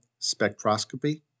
spectroscopy